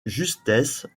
justesse